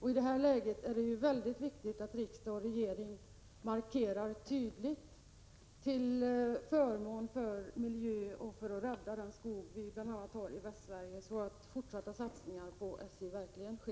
I det läget är det mycket viktigt att riksdagen och regeringen gör tydliga markeringar till förmån för miljön och för att rädda den skog som vi har bl.a. i Västsverige. Fortsatta satsningar på SJ måste ske.